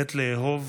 עת לאהב